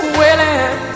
willing